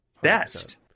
best